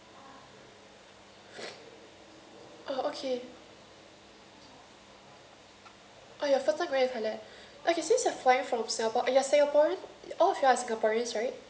uh okay oh your photo okay since you are flying from singapore uh you are singaporean orh you are singaporean sorry